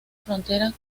frontera